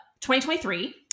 2023